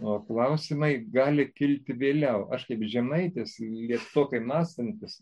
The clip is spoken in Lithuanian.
o klausimai gali kilti vėliau aš kaip žemaitis lėtokai mąstantis